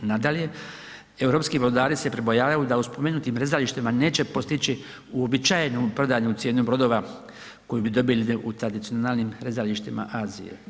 Nadalje, europski brodari se pribojavaju da u spomenutim rezalištima neće postići uobičajenu prodajnu cijenu brodova koju bi dobili u tradicionalnim rezalištima Azije.